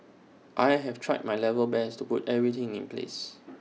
I have tried my level best to put everything in place